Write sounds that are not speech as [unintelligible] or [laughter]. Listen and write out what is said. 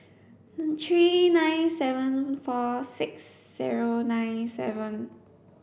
[unintelligible] three nine seven four six zero nine seven